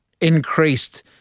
increased